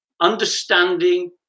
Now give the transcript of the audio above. understanding